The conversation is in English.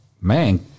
man